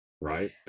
Right